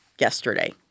yesterday